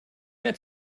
mehr